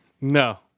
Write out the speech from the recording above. No